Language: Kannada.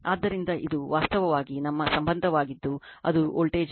ಆದ್ದರಿಂದ ಇದು ವಾಸ್ತವವಾಗಿ ನಮ್ಮ ಸಂಬಂಧವಾಗಿದ್ದು ಅದು ವೋಲ್ಟೇಜ್ಗೆ ರೇಖೆಯಾಗಿದೆ